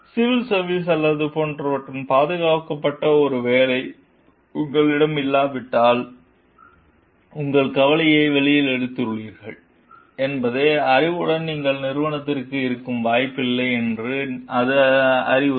civil service அல்லது போன்றவற்றால் பாதுகாக்கப்பட்ட ஒரு வேலை உங்களிடம் இல்லாவிட்டால் உங்கள் கவலைகளை வெளியில் எடுத்துள்ளீர்கள் என்பதை அறிந்தவுடன் நீங்கள் நிறுவனத்திற்குள் இருக்க வாய்ப்பில்லை என்று அது அறிவுறுத்துகிறது